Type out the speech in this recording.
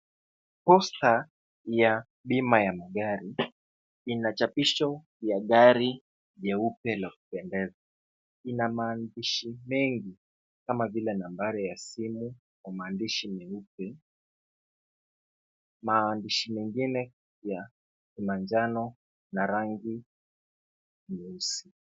Poster ya bima ya magari ina chapisho ya gari nyeupe la kupendeza. Ina maandishi mengi kama vile nambari ya simu kwa maandishi meupe, maandishi mengine ya kimanjano na rangi nyeusi.